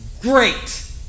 great